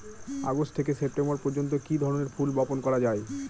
August থেকে September পর্যন্ত কি ধরনের ফুল বপন করা যায়?